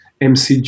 MCG